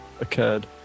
occurred